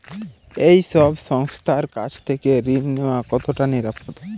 এই সব সংস্থার কাছ থেকে ঋণ নেওয়া কতটা নিরাপদ?